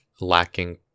lacking